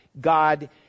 God